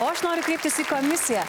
o aš noriu kreiptis į komisiją